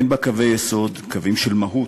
אין בה קווי יסוד, קווים של מהות,